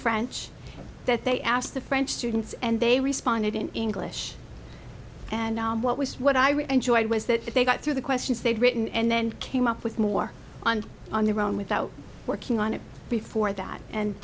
french that they asked the french students and they responded in english and what was what i really enjoyed was that they got through the questions they'd written and then came up with more on on their own without working on it before that and